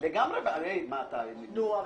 לא באתי עם איזושהי --- אגב,